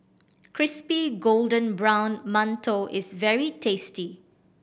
crispy golden brown mantou is very tasty